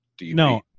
No